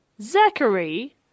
Zachary